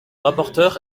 rapporteur